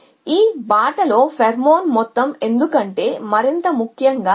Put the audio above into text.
కాబట్టి ఈ బాటలో ఫెరోమోన్ మొత్తం ఎందుకంటే మరింత ముఖ్యంగా